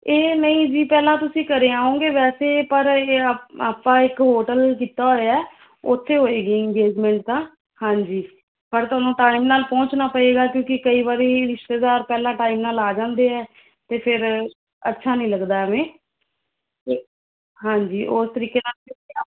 ਇਹ ਨਹੀਂ ਜੀ ਪਹਿਲਾਂ ਤੁਸੀਂ ਘਰੇ ਆਓਂਗੇ ਵੈਸੇ ਪਰ ਆਪਾਂ ਇੱਕ ਹੋਟਲ ਕੀਤਾ ਹੋਇਆ ਹੈ ਓਥੇ ਹੋਏਗੀ ਇੰਗੇਜਮੈਂਟ ਤਾਂ ਹਾਂਜੀ ਪਰ ਤੁਹਾਨੂੰ ਟਾਈਮ ਨਾਲ ਪਹੁੰਚਣਾ ਪਏਗਾ ਕਿਉਂਕਿ ਕਈ ਵਾਰੀ ਰਿਸ਼ਤੇਦਾਰ ਪਹਿਲਾਂ ਟਾਈਮ ਨਾਲ ਆ ਜਾਂਦੇ ਹੈ ਅਤੇ ਫੇਰ ਅੱਛਾ ਨਹੀਂ ਲੱਗਦਾ ਐਵੇਂ ਅਤੇ ਹਾਂਜੀ ਉਹ ਤਰੀਕੇ ਨਾਲ